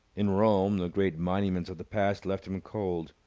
in rome, the great monuments of the past left him cold.